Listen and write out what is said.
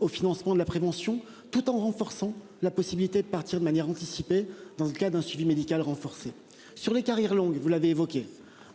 au financement de la prévention tout en renforçant la possibilité de partir de manière anticipée dans le cas d'un suivi médical renforcé sur les carrières longues. Vous l'avez évoqué,